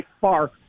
far